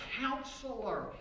counselor